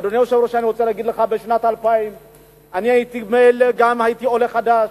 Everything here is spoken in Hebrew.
אדוני היושב-ראש, בשנת 2000 הייתי עולה חדש.